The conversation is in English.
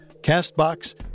CastBox